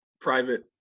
private